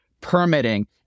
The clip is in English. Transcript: Permitting